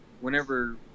whenever